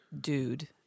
dude